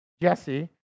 Jesse